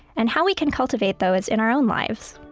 and how we can cultivate those in our own lives